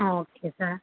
ആ okay sir